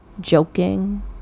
joking